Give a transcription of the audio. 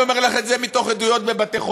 אני אומר לך את זה מתוך עדויות בבתי-חולים,